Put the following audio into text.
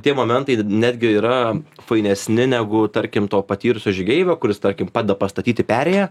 tie momentai netgi yra fainesni negu tarkim to patyrusio žygeivio kuris tarkim padeda pastatyti perėją